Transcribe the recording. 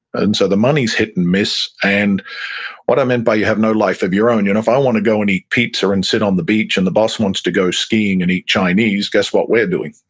and so the money is hit and miss what i meant by you have no life of your own, you know, if i want to go and eat pizza and sit on the beach and the boss wants to go skiing and eat chinese, guess what we're doing.